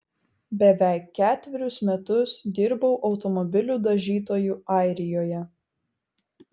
beveik ketverius metus dirbau automobilių dažytoju airijoje